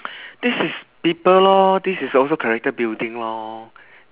this is people lor this is also character building lor